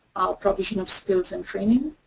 polishing of skills and training,